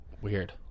Weird